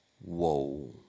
Whoa